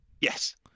yes